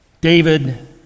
David